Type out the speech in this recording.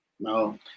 No